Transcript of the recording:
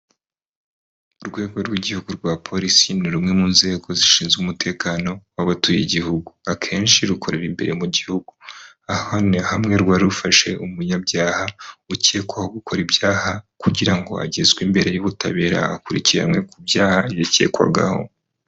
Urwego rw'igihugu rwa polisi ni rumwe mu nzego zishinzwe umutekano w'abatuye igihugu, akenshi rukorera imbere mu gihugu. Aha ni hamwe rwari rufashe umunyabyaha ukekwaho gukora ibyaha kugira ngo agezwe imbere y'ubutabera akurikiranwe ku byaha yakekwagaho.